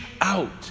out